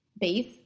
base